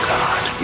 God